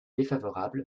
défavorable